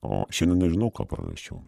o šiandien nežinau ką prarasčiau